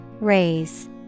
Raise